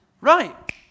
Right